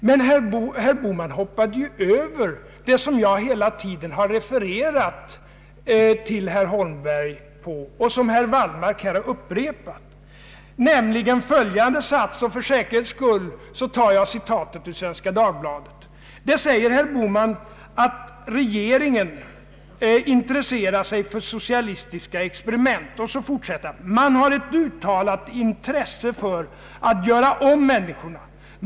Men herr Bohman hoppade över vad jag hela tiden refererat till i herr Holmbergs uttalande — som herr Wallmark här upprepade — nämligen följande sats, och för säkerhets skull tar jag citatet ur Svenska Dagbladet. Där säger herr Holmberg att regeringen intresserar sig för socialistiska experiment, och han fortsätter: ”Man har ett uttalat intresse för att göra om människorna.